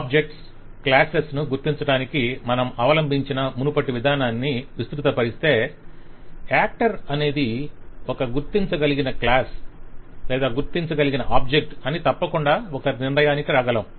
objects classes ను గుర్తించటానికి మనం అవలంభించిన మునుపటి విధానాన్ని విస్తృత పరిస్తే యాక్టర్ అనేది ఒక గుర్తించగలిగిన క్లాస్ గుర్తించగలిగిన ఆబ్జెక్ట్ అని తప్పకుండా ఒక నిర్ణయానికి రాగలం